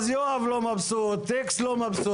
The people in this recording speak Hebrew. אז יואב לא מבסוט, איקס לא מבסוט.